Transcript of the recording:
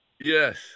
Yes